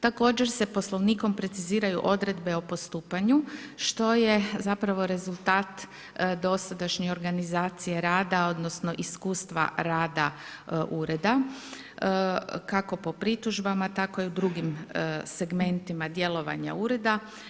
Također se Poslovnik preciziraju odredbe o postupanju što je zapravo rezultat dosadašnje organizacije rada odnosno iskustava rada Ureda kako po pritužbama, tako i u drugim segmentima djelovanja Ureda.